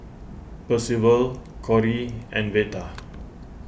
Percival Cori and Veta